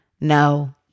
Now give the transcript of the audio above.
no